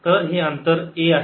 तर हे अंतर a आहे